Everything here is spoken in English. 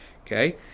okay